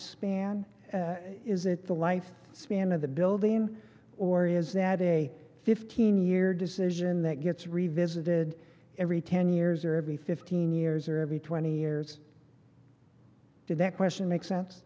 span is it the life span of the building or is that a fifteen year decision that gets revisited every ten years or every fifteen years or every twenty years did that question make sense